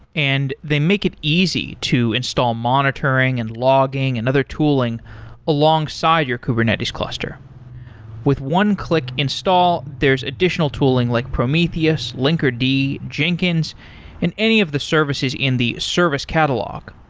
and they make it easy to install monitoring and logging and other tooling alongside your kubernetes cluster with one-click install, there's additional tooling like prometheus, linkerd, jenkins and any of the services in the service catalog.